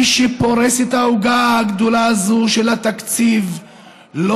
מי שפורס את העוגה הגדולה הזו של התקציב לא